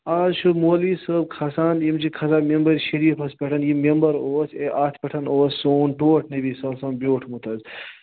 آز چھِ مولوی صٲب کھسان یِم چھِ کھسان مٮ۪مبَر شریٖفَس پٮ۪ٹھ یہِ مٮ۪مبَر اوس ہے اَتھ پٮ۪ٹھ اوس سون ٹوٹھ نبی صٲب صلّی اللہ علیہ وسلم بیوٹھمُت حظ